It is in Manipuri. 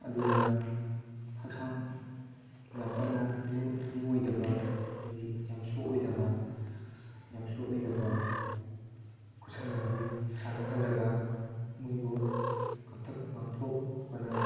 ꯑꯗꯨꯅ ꯍꯛꯆꯥꯡ ꯌꯥꯝ ꯀꯟꯅ ꯂꯦꯡꯉꯣꯏꯗꯕ ꯍꯥꯏꯗꯤ ꯌꯥꯝ ꯁꯣꯛꯑꯣꯏꯗꯕ ꯌꯥꯝ ꯁꯣꯛꯑꯣꯏꯗꯕ ꯈꯨꯁꯥꯟꯅ ꯑꯗꯨ ꯁꯥꯟꯅꯍꯜꯂꯒ ꯃꯣꯏꯕꯨ ꯉꯥꯛꯊꯣꯛꯄꯅ